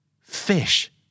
Fish